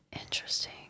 Interesting